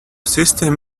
system